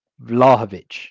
vlahovic